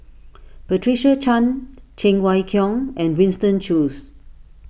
Patricia Chan Cheng Wai Keung and Winston Choos